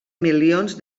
milions